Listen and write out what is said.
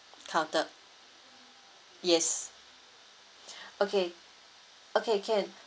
counter yes okay okay can